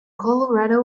colorado